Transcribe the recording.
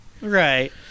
right